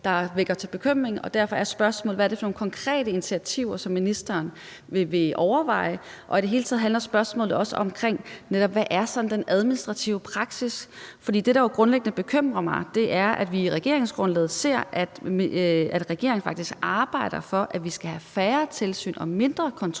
der vækker bekymring, og derfor er spørgsmålet, hvad det er for nogle konkrete initiativer, som ministeren vil overveje. I det hele taget handler spørgsmålet også om, hvad den sådan administrative praksis er. For det, der grundlæggende bekymrer mig, er, at vi i regeringsgrundlaget ser, at regeringen faktisk arbejder for, at vi skal have færre tilsyn og mindre kontrol